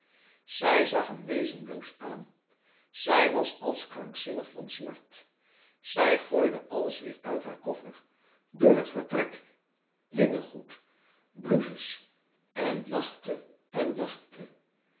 zij zag hem wezenloos aan zij was als krankzinnig van smart zij gooide alles weêr uit haar koffer door het vertrek linnengoed blouses en lachte en lachte